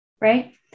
right